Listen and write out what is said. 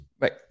Right